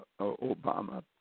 Obama